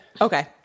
okay